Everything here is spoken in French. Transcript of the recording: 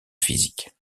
physique